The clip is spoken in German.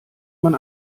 man